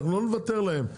אנחנו לא נוותר להם.